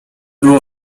było